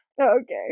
Okay